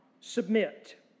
submit